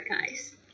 guys